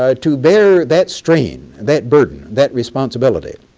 ah to bear that strain, that burden, that responsibility